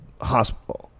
hospital